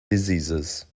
diseases